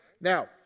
now